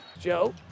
Joe